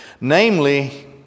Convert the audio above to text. Namely